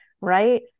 right